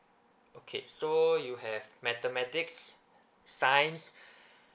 okay so you have mathematics science